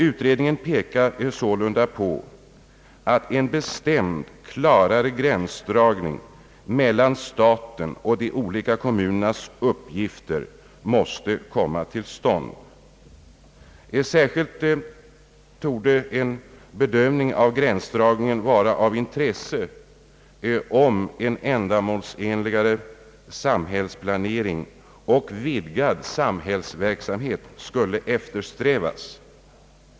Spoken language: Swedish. Utredningen pekade sålunda på att en bestämd och klarare gränsdragning mellan statens och de olika kommunernas uppgifter har efterlysts. Särskilt torde en bedömning av gränsdragningen vara av intresse, om en ändamålsenligare samhällsplanering och vidgad samhällsverksamhet skulle eftersträvas.